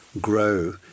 grow